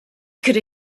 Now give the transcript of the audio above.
could